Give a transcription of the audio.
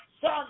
son